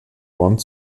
wand